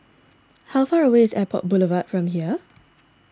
how far away is Airport Boulevard from here